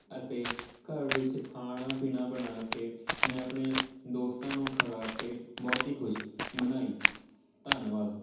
ਅਤੇ ਘਰ ਵਿੱਚ ਖਾਣਾ ਪੀਣਾ ਬਣਾ ਕੇ ਮੈਂ ਆਪਣੇ ਦੋਸਤਾਂ ਨੂੰ ਖਲਾ ਕੇ ਬਹੁਤ ਹੀ ਖੁਸ਼ੀ ਮਨਾਈ ਧੰਨਵਾਦ